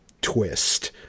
twist